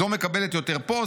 זו מקבלת יותר פה,